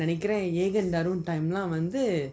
நெனைக்கிறேன் ஏகன் அருண்:nenaikiran eagan arun time lah வந்து:vanthu